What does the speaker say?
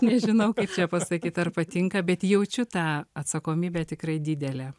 nežinau kaip čia pasakyt ar patinka bet jaučiu tą atsakomybę tikrai didelę